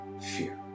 fear